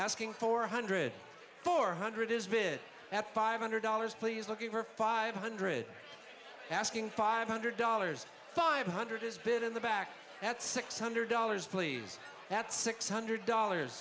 asking four hundred four hundred is bid at five hundred dollars please looking for five hundred asking five hundred dollars five hundred has been in the back at six hundred dollars please at six hundred dollars